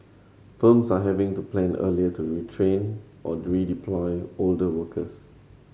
firms are having to plan earlier to retrain or redeploy older workers